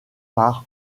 par